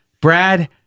Brad